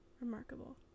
remarkable